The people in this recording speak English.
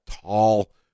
tall